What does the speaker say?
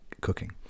cooking